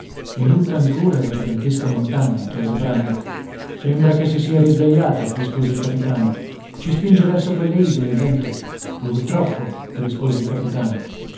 erutta ancora la gigantesca montagna chiese brandok sembra che si sia risvegliata rispose il capitano ci spinge verso quelle isole il vento purtroppo rispose il capitano